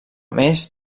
més